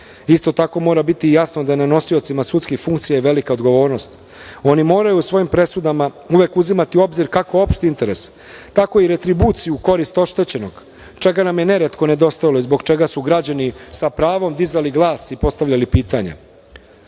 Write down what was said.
Isto tako mora biti jasno da je na nosiocima sudskih funkcija velika odgovornost. Oni moraju u svojim presudama uvek uzimati u obzir kako opšti interes, tako i retribuciju u korist oštećenog, čega nam je neretko nedostajalo i zbog čega su građani sa pravom dizali glas i postavljali